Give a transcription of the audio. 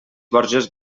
borges